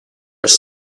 was